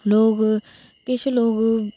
लोग किश लोग